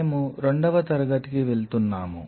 మేము రెండవ తరగతికి వెళ్తున్నాము